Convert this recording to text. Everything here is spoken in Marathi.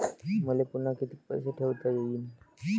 मले पुन्हा कितीक पैसे ठेवता येईन?